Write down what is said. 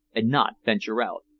and not venture out.